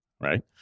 right